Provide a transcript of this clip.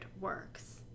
works